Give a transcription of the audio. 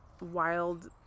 wild